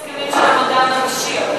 ממתי מסתירים הסכמים של המדען הראשי?